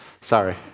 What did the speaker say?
Sorry